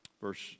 verse